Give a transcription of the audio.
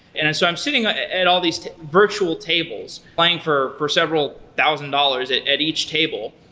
and so i'm sitting ah at all these virtual tables playing for for several thousand dollars at at each table,